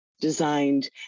designed